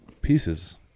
pieces